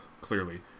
clearly